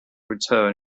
return